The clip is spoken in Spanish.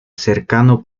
cercano